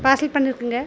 parcel பண்ணிக்குங்க